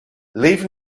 leave